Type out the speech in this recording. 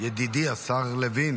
ידידי השר לוין